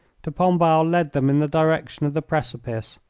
de pombal led them in the direction of the precipice.